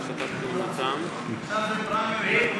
חבר הכנסת אופיר אקוניס להשיב על שתי הצעות האי-אמון.